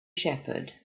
shepherd